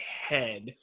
head